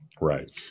Right